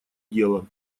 дело